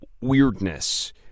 weirdness